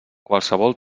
qualsevol